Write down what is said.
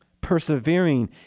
Persevering